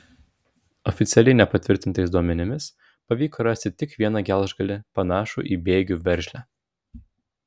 oficialiai nepatvirtintais duomenimis pavyko rasti tik vieną gelžgalį panašų į bėgių veržlę